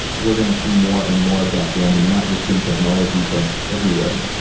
we're going to see more and more of that blending. not just in technology, but everywhere.